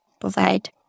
provide